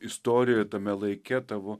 istorijoj tame laike tavo